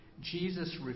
Jesus